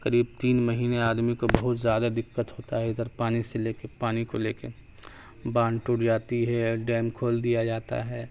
قریب تین مہینے آدمی کو بہت زیادہ دقت ہوتا ہے ادھر پانی سے لے کے پانی کو لے کے باندھ ٹوٹ جاتی ہے ڈیم کھول دیا جاتا ہے